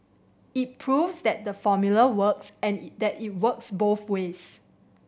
it proves that the formula works and that it works both ways